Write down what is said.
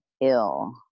ill